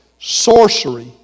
sorcery